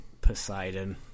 Poseidon